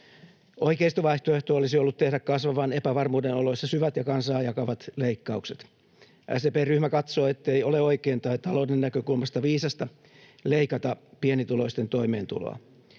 Oikeistovaihtoehto olisi ollut tehdä kasvavan epävarmuuden oloissa syvät ja kansaa jakavat leikkaukset. SDP:n ryhmä katsoo, ettei ole oikein tai talouden näkökulmasta viisasta leikata pienituloisten toimeentuloa,